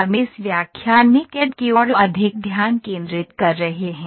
हम इस व्याख्यान में कैड की ओर अधिक ध्यान केंद्रित कर रहे हैं